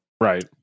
Right